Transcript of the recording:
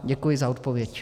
Děkuji za odpověď.